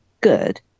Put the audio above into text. good